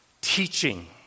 teaching